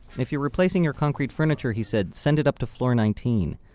if you're replacing your concrete furniture, he said, send it up to floor nineteen.